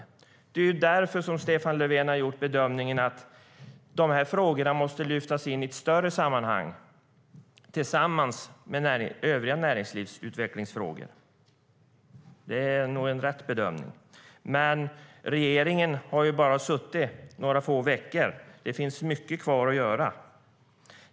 Och det är därför som Stefan Löfven har gjort bedömningen att dessa frågor måste lyftas in i ett större sammanhang, tillsammans med övriga näringslivsutvecklingsfrågor. Det är nog en riktig bedömning. Regeringen har dock bara suttit några få veckor. Det finns mycket kvar att göra.